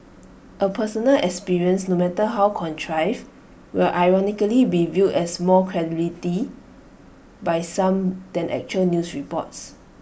A personal experience no matter how contrived will ironically be viewed as more credibility by some than actual news reports